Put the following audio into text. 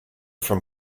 from